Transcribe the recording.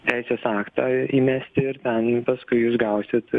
teisės aktą įmesti ir ten paskui jūs gausit